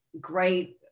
great